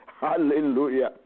Hallelujah